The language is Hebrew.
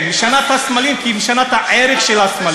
היא משנה את הסמלים כי היא משנה את הערך של הסמלים.